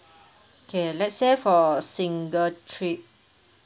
K let's say for single trip